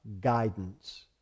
guidance